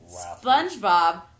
Spongebob